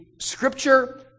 Scripture